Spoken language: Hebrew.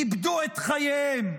איבדו את חייהם,